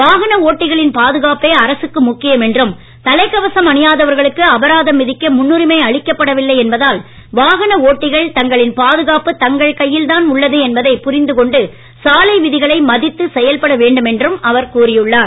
வாகன ஓட்டிகளின் பாதுகாப்பே அரசுக்கு முக்கியம் என்றும் தலைக் கவசம் அணியாதவர்களுக்கு அபராதம் விதிக்க முன்னுரிமை அளிக்கப்படவில்லை என்பதால் வாகன ஓட்டிகள் தங்களின் பாதுகாப்பு தங்கள் கையில்தான் உள்ளது என்பதை புரிந்து கொண்டு சாலை விதிகளை மதித்து செயல்பட வேண்டும் என்றும் அவர் கூறியுள்ளார்